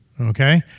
okay